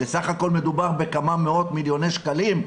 בסך הכל מדובר בכמה מאות מיליוני שקלים,